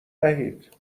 وحید